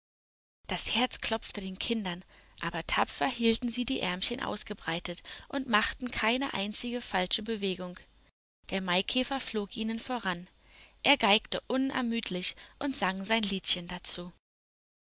das herz klopfte den kindern aber tapfer hielten sie die ärmchen ausgebreitet und machten keine einzige falsche bewegung der maikäfer flog ihnen voran er geigte unermüdlich und sang sein liedchen dazu